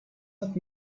not